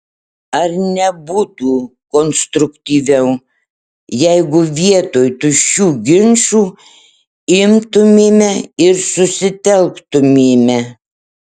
ar nebūtų konstruktyviau jeigu vietoj tuščių ginčų imtumėme ir susitelktumėme